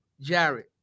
Jared